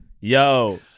Yo